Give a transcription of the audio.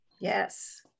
Yes